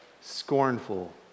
scornful